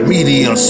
Media